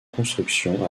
construction